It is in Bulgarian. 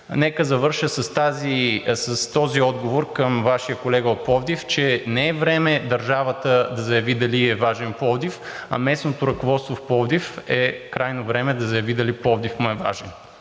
нека завърша с този отговор към Вашия колега от Пловдив, че не е време държавата да заяви дали ѝ е важен Пловдив, а местното ръководство в Пловдив е крайно време да заяви дали Пловдив му е важен.